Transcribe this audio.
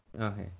Okay